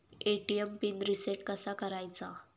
ATM PIN reset कसा करायचा?